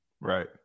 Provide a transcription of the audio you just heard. Right